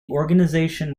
organization